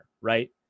right